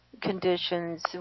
conditions